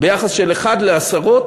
ביחס של אחד לעשרות,